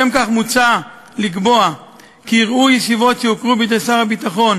לשם כך מוצע לקבוע כי יראו ישיבות שהוכרו בידי שר הביטחון